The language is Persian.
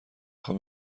خوام